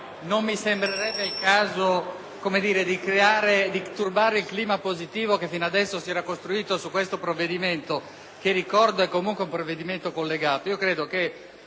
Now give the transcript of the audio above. non mi sembrerebbe il caso di turbare il clima positivo che finora si era costruito su questo provvedimento (che, ricordo, è comunque un provvedimento collegato),